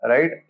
Right